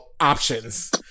options